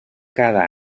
cada